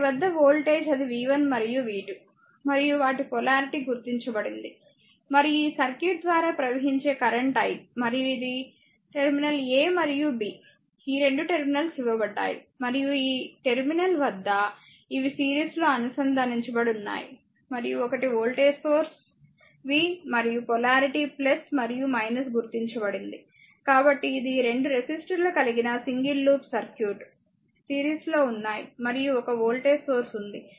వాటి వద్ద వోల్టేజ్ అది v 1 మరియు v 2 మరియు వాటి పొలారిటీ గుర్తించబడింది మరియు ఈ సర్క్యూట్ ద్వారా ప్రవహించే కరెంట్ i మరియు ఇది టెర్మినల్ a మరియు b ఈ 2 టెర్మినల్స్ ఇవ్వబడ్డాయి మరియు ఈ టెర్మినల్ వద్ద ఇవి సిరీస్ లో అనుసంధానించబడి ఉన్నాయి మరియు ఒకటి వోల్టేజ్ సోర్స్ v మరియు పొలారిటీ మరియు గుర్తించబడింది కాబట్టి ఇది 2 రెసిస్టర్లు కలిగిన సింగిల్ లూప్ సర్క్యూట్ సిరీస్లో ఉన్నాయి మరియు ఒక వోల్టేజ్ సోర్స్ ఉంది